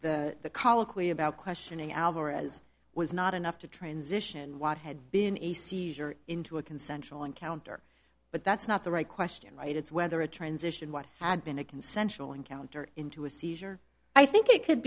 colloquy about questioning alvarez was not enough to transition what had been a seizure into a consensual encounter but that's not the right question right it's whether a transition what had been a consensual encounter into a seizure i think it could